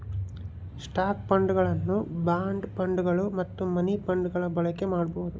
stock ಫಂಡ್ಗಳನ್ನು bond ಫಂಡ್ಗಳು ಮತ್ತು ಮನಿ ಫಂಡ್ಗಳ ಬಳಕೆ ಮಾಡಬೊದು